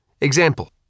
Example